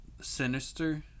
Sinister